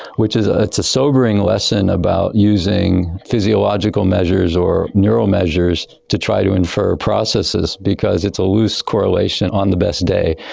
which is ah a sobering lesson about using physiological measures or neural measures to try to infer processes because it's a loose correlation on the best day.